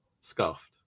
scuffed